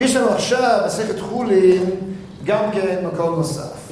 יש לנו עכשיו מסכת חולין, גם כן מקום נוסף